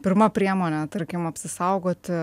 pirma priemonė tarkim apsisaugoti